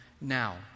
now